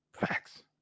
facts